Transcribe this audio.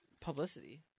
publicity